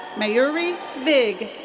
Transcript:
mayuri vig.